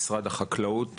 למשרד החקלאות,